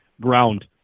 ground